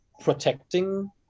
protecting